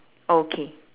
okay